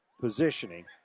positioning